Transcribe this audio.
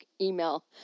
email